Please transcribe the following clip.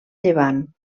llevant